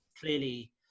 clearly